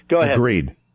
Agreed